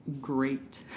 great